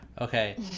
Okay